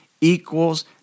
equals